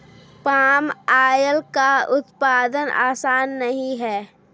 palm oil का उत्पादन आसान नहीं है